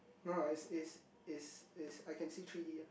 no ah it's it's it's it's I can say three D ah